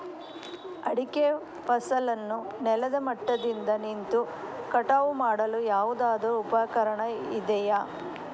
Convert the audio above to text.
ಅಡಿಕೆ ಫಸಲನ್ನು ನೆಲದ ಮಟ್ಟದಿಂದ ನಿಂತು ಕಟಾವು ಮಾಡಲು ಯಾವುದಾದರು ಉಪಕರಣ ಇದೆಯಾ?